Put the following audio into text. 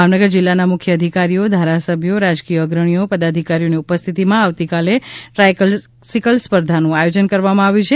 ભાવનગર જિલ્લાના મુખ્ય અધિકારીઓ ધારાસભ્યો રાજકીય અગ્રણીઓ પદાધિકારીઓની ઉપસ્થિતિમાં આવતીકાલે ટ્રાયસિકલ સ્પર્ધાનું આયોજન કરવામાં આવ્યું છે